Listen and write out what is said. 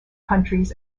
countries